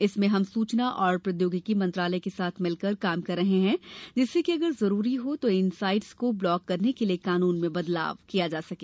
इसमें हम सूचना और प्रौद्योगिकी मंत्रालय के साथ मिलकर काम कर रहे हैं जिससे कि अगर जरूरी हो तो इन साइट्स को ब्लॉक करने के लिए कानून में बदलाव किया जा सके